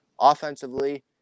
offensively